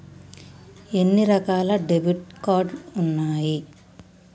ఎన్ని రకాల debit card ఉన్నాయి?